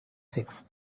sixth